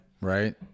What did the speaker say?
Right